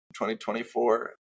2024